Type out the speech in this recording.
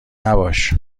نباش